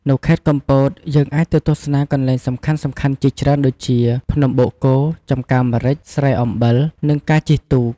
នៅខេត្តកំពត យើងអាចទៅទស្សនាកន្លែងសំខាន់ៗជាច្រើនដូចជា ភ្នំបូកគោ ចម្ការម្រេច ស្រែអំបិល និងការជិះទូក។